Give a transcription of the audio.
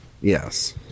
Yes